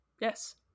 Yes